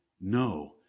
No